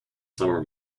summer